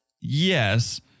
Yes